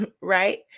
Right